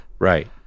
right